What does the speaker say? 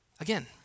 Again